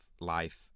life